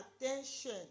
attention